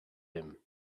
him